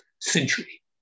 century